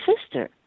sister